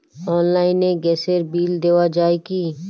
অনলাইনে গ্যাসের বিল দেওয়া যায় কি?